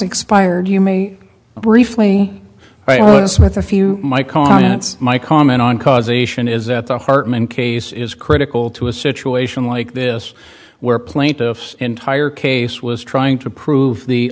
expired you may briefly oh yes with a few my comments my comment on causation is that the hartman case is critical to a situation like this where plaintiff's entire case was trying to prove the